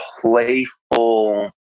playful